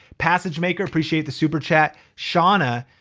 passage maker, appreciate the super chat. shawna,